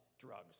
drugs